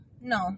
no